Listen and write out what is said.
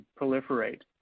proliferate